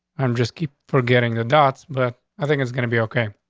i'm just keep forgetting the dots, but i think it's gonna be ok